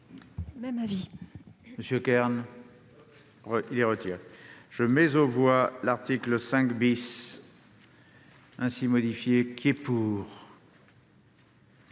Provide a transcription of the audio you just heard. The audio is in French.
Même avis.